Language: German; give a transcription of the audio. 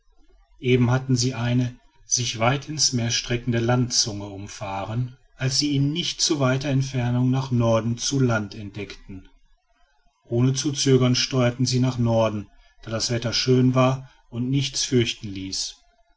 eben hatten sie eine sich weit ins meer streckende landzunge umfahren als sie in nicht zu weiter entfernung nach norden zu land entdeckten ohne zu zögern steuerten sie nach norden da das wetter schön war und nichts fürchten ließ